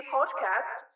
Podcast